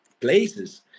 places